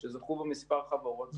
שזכו בו מספר חברות.